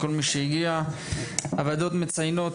הוועדות מציינות,